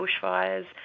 bushfires